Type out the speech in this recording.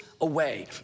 away